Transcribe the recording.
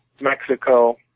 Mexico